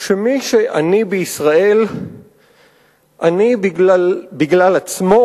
שמי שעני בישראל הוא עני בגלל עצמו,